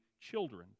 children